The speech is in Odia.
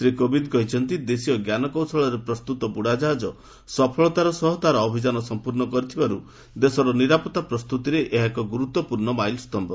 ଶ୍ରୀ କୋବିନ୍ଦ୍ କହିଛନ୍ତି ଦେଶୀୟ ଜ୍ଞାନକୌଶଳରେ ପ୍ରସ୍ତୁତ ବୁଡ଼ାକାହାଜ ସଫଳତାର ସହ ତାହାର ଅଭିଯାନ ସମ୍ପର୍ଶ୍ଣ କରିଥିବାରୁ ଦେଶର ନିରାପତ୍ତା ପ୍ରସ୍ତୁତିରେ ଏହା ଏକ ଗୁର୍ତ୍ୱପୂର୍ଣ୍ଣ ମାଇଲ୍ସ୍ତମ୍ଭ